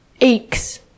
aches